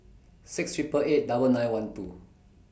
six Triple eight double nine one two